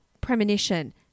premonition